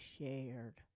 shared